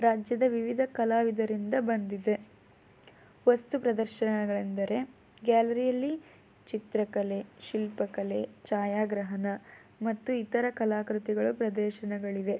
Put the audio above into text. ರಾಜ್ಯದ ವಿವಿಧ ಕಲಾವಿದರಿಂದ ಬಂದಿದೆ ವಸ್ತು ಪ್ರದರ್ಶನಗಳೆಂದರೆ ಗ್ಯಾಲ್ರಿಯಲ್ಲಿ ಚಿತ್ರಕಲೆ ಶಿಲ್ಪಕಲೆ ಛಾಯಾಗ್ರಹಣ ಮತ್ತು ಇತರ ಕಲಾಕೃತಿಗಳು ಪ್ರದರ್ಶನಗಳಿವೆ